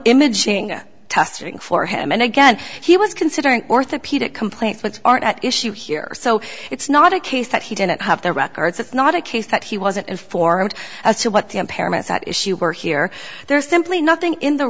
imaging testing for him and again he was considering orthopedic complaints which aren't at issue here so it's not a case that he didn't have the records it's not a case that he wasn't informed as to what the impairments at issue were here there's simply nothing in the